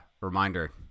reminder